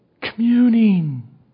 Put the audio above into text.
Communing